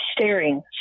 staring